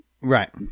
Right